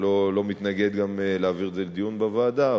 אני לא מתנגד להעביר את זה לדיון בוועדה.